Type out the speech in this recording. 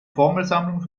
formelsammlung